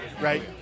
right